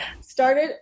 Started